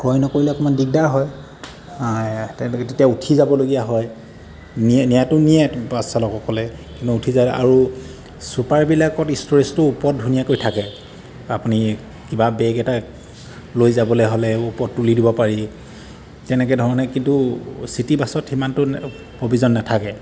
ক্ৰয় নকৰিলে অকণমান দিগদাৰ হয় তেওঁলোকে তেতিয়া উঠি যাবলগীয়া হয় নিয়ে নিয়াটো নিয়ে বাছ চালকসকলে কিন্তু উঠি যায় আৰু ছুপাৰবিলাকত ষ্ট'ৰেজটো ওপৰত ধুনীয়াকৈ থাকে আপুনি কিবা বেগ এটা লৈ যাবলৈ হ'লে ওপৰত তুলি দিব পাৰি তেনেকৈ ধৰণে কিন্তু চিটি বাছত সিমানটো প্ৰভিজন নেথাকে